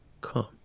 come